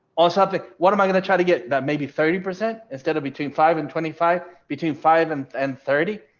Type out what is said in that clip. or subject, what am i going to try to get that maybe thirty percent instead of between five and twenty five, between five and and thirty?